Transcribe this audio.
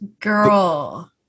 girl